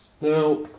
Now